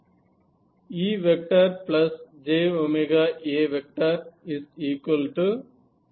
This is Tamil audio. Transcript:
என்ற வடிவத்தில் இருந்தால் இது வந்து சமன்பாடு 6